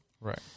Right